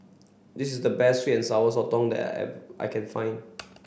this is the best sweet and sour sotong that I've I can find